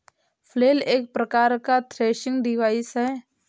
flail एक प्रकार का थ्रेसिंग डिवाइस है